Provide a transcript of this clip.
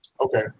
Okay